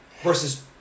versus